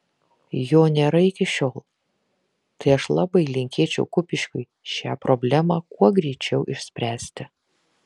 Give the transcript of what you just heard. jo nėra iki šiol tai aš labai linkėčiau kupiškiui šią problemą kuo greičiau išspręsti